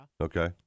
Okay